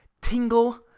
tingle